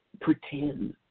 pretend